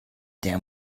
der